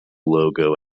logo